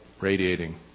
radiating